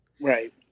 right